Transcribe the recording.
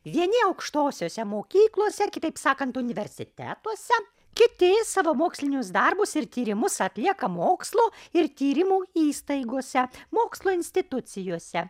vieni aukštosiose mokyklose kitaip sakant universitetuose kiti savo mokslinius darbus ir tyrimus atlieka mokslo ir tyrimų įstaigose mokslo institucijose